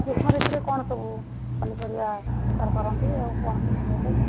ଆଉ ଗ୍ରୀଷ୍ମ ଋତୁରେ କ'ଣ ସବୁ ପନିପରିବା ବେପାର କରନ୍ତି ଆଉ କ'ଣ କେତେ ରେଟ୍